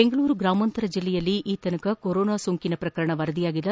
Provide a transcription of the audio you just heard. ಬೆಂಗಳೂರು ಗ್ರಾಮಾಂತರ ಜಿಲ್ಲೆಯಲ್ಲಿ ಇದುವರೆಗೆ ಕೊರೊನಾ ಸೋಂಕಿನ ಪ್ರಕರಣ ವರದಿಯಾಗಿಲ್ಲ